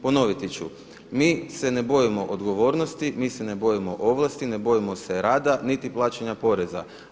Ponoviti ću, mi se ne bojimo odgovornosti, mi se ne bojimo ovlasti, ne bojimo se rada niti plaćanja poreza.